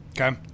Okay